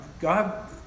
God